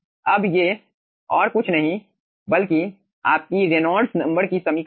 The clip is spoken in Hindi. अब ये और कुछ नहीं बल्कि आपकी रेनॉल्ड्स नंबर की समीकरण हैं